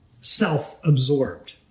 self-absorbed